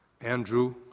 Andrew